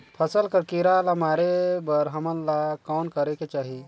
फसल कर कीरा ला मारे बर हमन ला कौन करेके चाही?